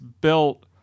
built